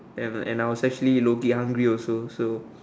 and and I was actually lowkey hungry also so